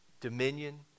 Dominion